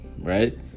Right